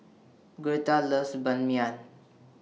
Gertha loves Ban Mian